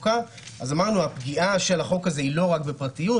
אז אמרנו שהפגיעה של החוק הזה לא רק בפרטיות,